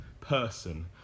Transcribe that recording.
person